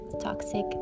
toxic